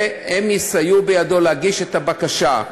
והם יסייעו בידו להגיש את הבקשה.